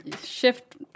Shift